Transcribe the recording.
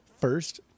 first